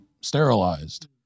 sterilized